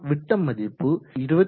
விட்ட மதிப்பு 25